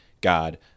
God